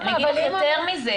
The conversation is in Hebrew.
אני אגיד לך יותר מזה,